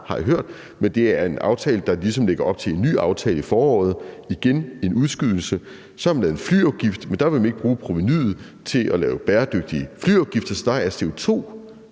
har jeg hørt. Men det er en aftale, der ligesom lægger op til en ny aftale i foråret, og det er igen en udskydelse. Så har man lavet en flyafgift, men der vil man ikke bruge provenuet til at lave bæredygtige flyafgifter, så der er